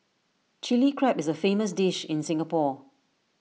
Chilli Crab is A famous dish in Singapore